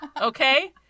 Okay